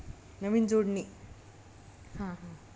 नवीन जोडणी हां